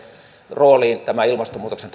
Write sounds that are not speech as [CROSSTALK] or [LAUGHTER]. rooliin tämä ilmastonmuutoksen [UNINTELLIGIBLE]